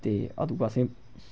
ते अंदू असें